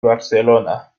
barcelona